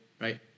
right